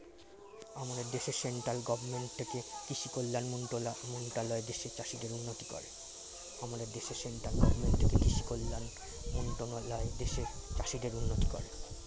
আমাদের দেশে central government থেকে কৃষি কল্যাণ মন্ত্রণালয় দেশের চাষীদের উন্নতি করে